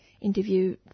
interview